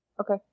Okay